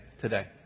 today